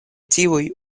tiuj